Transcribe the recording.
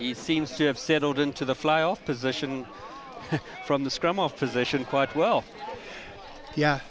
he seems to have settled into the fly off position from the scrum of position quite well yeah